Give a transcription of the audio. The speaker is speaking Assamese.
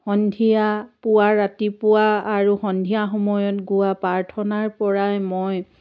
সন্ধিয়া পুৱা ৰাতিপুৱা আৰু সন্ধিয়া সময়ত গোৱা প্ৰাৰ্থনাৰ পৰাই মই